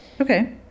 Okay